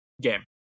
game